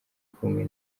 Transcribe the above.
kumwe